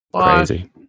Crazy